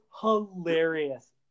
hilarious